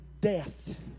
death